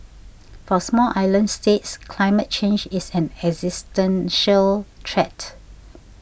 for small island states climate change is an existential threat